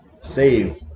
save